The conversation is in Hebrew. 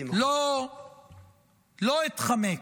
לא אתחמק,